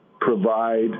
provide